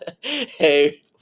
hey